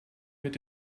mit